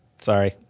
sorry